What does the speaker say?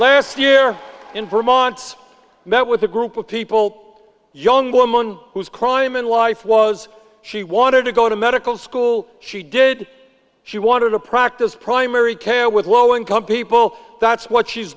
this year in vermont's met with a group of people young woman whose crime and life was she wanted to go to medical school she did she want to practice primary care with low income people that's what she's